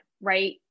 right